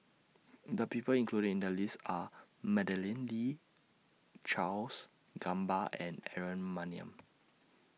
The People included in The list Are Madeleine Lee Charles Gamba and Aaron Maniam